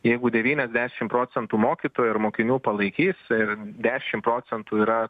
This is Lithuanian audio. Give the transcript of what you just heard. jeigu devyniasdešim procentų mokytojų ar mokinių palaikys ir dešim procentų yra